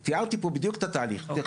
תיארתי פה בדיוק את התהליך,